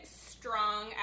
strong